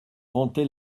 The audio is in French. vantait